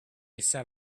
set